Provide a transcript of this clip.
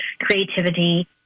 creativity